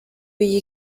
iyi